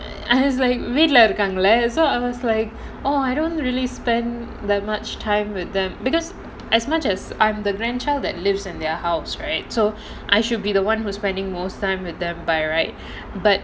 I was like வீட்ல இருகாங்கல:veetla irukaangala so I was like orh I don't really spend that much time with them because as much as I'm the grandchild that leaves in their house right I should be the [one] who should be spending most time with them by right but